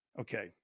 Okay